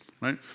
right